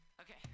Okay